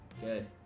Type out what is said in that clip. Good